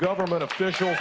government official